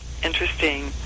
interesting